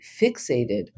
fixated